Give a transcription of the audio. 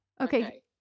okay